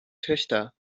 töchter